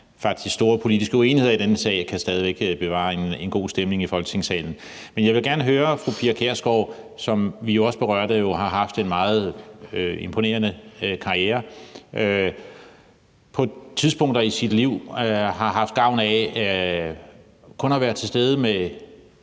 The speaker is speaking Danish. faktisk store politiske uenigheder i denne sag stadig væk kan bevare en god stemning i Folketingssalen. Jeg vil gerne høre, om fru Pia Kjærsgaard, der, som vi også berørte, jo har haft en meget imponerende karriere, på tidspunkter i sit liv har haft gavn af kun at være sammen med